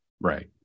Right